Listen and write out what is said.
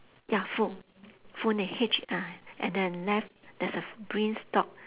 ya full full name H uh and then left there's a green stalk